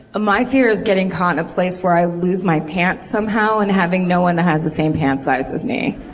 my fear is getting caught in a place where i lose my pants somehow and having no one that has the same pants size as me.